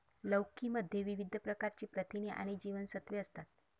लौकी मध्ये विविध प्रकारची प्रथिने आणि जीवनसत्त्वे असतात